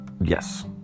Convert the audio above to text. Yes